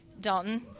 Dalton